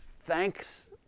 thanks